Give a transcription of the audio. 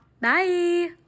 Bye